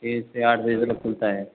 एक से आठ बजे तक खुलता है